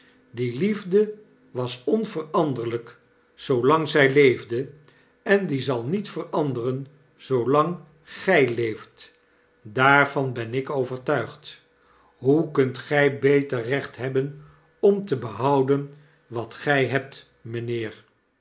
die liefdewasonveranderlykzoolang zy leefde en die zal niet veranderen zoolang gy leeft daarvan ben ik overtuigd hoe kunt gy beter recht hebben om te behouden wat gy hebt mynheer